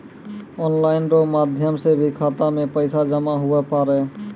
online रो माध्यम से भी खाता मे पैसा जमा हुवै पारै